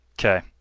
Okay